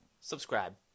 subscribe